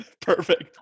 Perfect